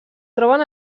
troben